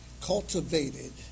cultivated